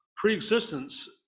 Pre-existence